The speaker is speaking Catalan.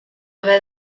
haver